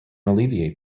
alleviate